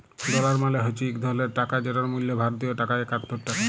dollar মালে হছে ইক ধরলের টাকা যেটর মূল্য ভারতীয় টাকায় একাত্তর টাকা